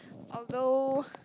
although